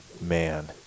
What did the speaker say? Man